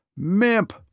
Mimp